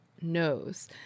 knows